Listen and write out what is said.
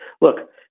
look